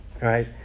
right